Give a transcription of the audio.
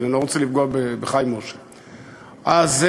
אני